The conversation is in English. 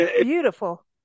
beautiful